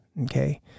okay